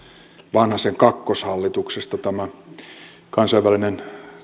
vanhasen kakkoshallituksesta